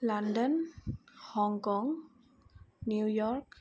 London New York Hong Kong